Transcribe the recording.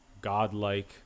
godlike